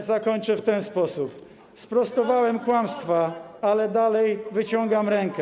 Ale zakończę w ten sposób: sprostowałem kłamstwa, ale dalej wyciągam rękę.